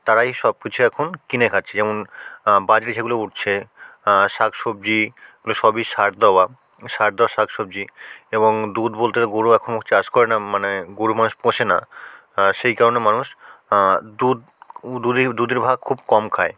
তারা এইসব কিছু এখন কিনে খাচ্ছে যেমন বাজারে যেগুলো উঠছে শাক সবজি ওগুলো সবই সার দাওয়া সার দেওয়া শাক সবজি এবং দুধ বলতে গরু এখন চাষ করে না মানে গরু মানুষ পোষে না সেই কারণে মানুষ দুধ দুধের ভাগ খুব কম খায়